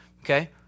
okay